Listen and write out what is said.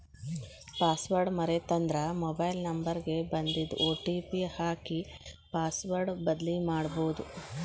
password ಮರೇತಂದ್ರ mobile number ಗ ಬನ್ದಿದ್ ಒ.ಟಿ.ಪಿ ಹಾಕಿ ಪಾಸ್ವರ್ಡ್ ಬದ್ಲಿಮಾಡ್ಬೊದು